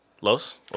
Los